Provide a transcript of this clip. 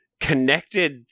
connected